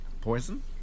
Poison